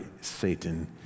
Satan